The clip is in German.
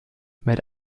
mit